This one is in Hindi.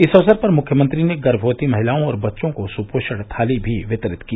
इस अवसर पर मुख्यमंत्री ने गर्मवती महिलाओं और बच्चों को सुपोषण थाली भी वितरित की